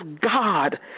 God